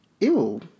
Ew